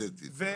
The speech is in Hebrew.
אז